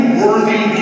worthy